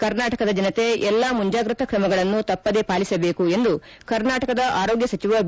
ಕರ್ನಾಟಕದ ಜನತೆ ಎಲ್ಲಾ ಮುಂಜಾಗೃತಾ ಕ್ರಮಗಳನ್ನು ತಪ್ಪದೆ ಪಾಲಿಸಬೇಕು ಎಂದು ಕರ್ನಾಟಕದ ಆರೋಗ್ಯ ಸಚಿವ ಬಿ